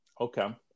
Okay